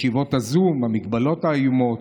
ישיבות הזום, המגבלות האיומות,